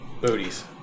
Booties